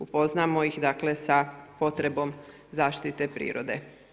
Upoznamo ih, dakle sa potrebom zaštite prirode.